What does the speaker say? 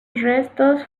restos